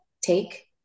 take